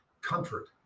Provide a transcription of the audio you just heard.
Comfort